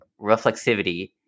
reflexivity